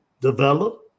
develop